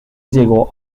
llegó